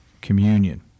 communion